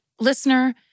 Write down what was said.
Listener